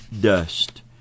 dust